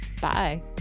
bye